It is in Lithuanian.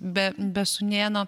be be sūnėno